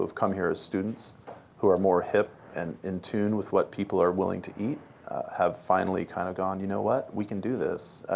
come here as students who are more hip and in tune with what people are willing to eat have finally kind of gone, you know what, we can do this.